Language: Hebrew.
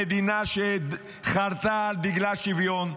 המדינה שחרתה על דגלה שוויון,